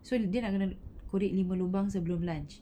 so that day nak kena korek lima lubang sebelum lunch